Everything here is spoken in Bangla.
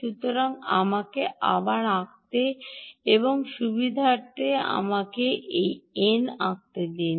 সুতরাং আমাকে আবার আঁকতে এবং সুবিধার্থে আমাকে এই এন আঁকতে দিন